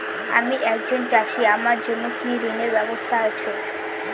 আমি একজন চাষী আমার জন্য কি ঋণের ব্যবস্থা আছে?